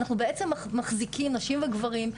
אנחנו בעצם מחזיקים נשים וגברים,